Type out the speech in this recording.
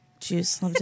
Juice